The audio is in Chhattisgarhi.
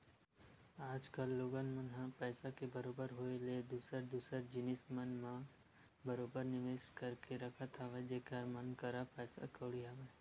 आज कल लोगन मन ह पइसा के बरोबर होय ले दूसर दूसर जिनिस मन म बरोबर निवेस करके रखत हवय जेखर मन करा पइसा कउड़ी हवय